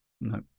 no